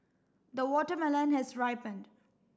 the watermelon has ripened